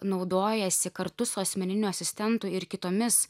naudojasi kartu su asmeniniu asistentu ir kitomis